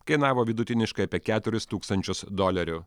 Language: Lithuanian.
kainavo vidutiniškai apie keturis tūkstančius dolerių